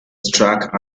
struck